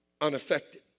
Unaffected